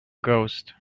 ghost